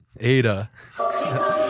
ada